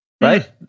right